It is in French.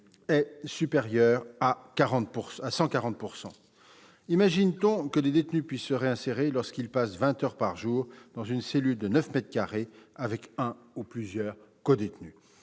est supérieur à 140 %. Imagine-t-on que des détenus puissent se réinsérer à leur sortie lorsqu'ils passent vingt heures par jour dans une cellule de 9 mètres carrés avec un ou plusieurs codétenus ?